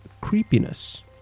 creepiness